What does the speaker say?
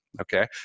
okay